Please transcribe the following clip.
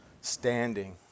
standing